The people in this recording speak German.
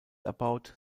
erbaut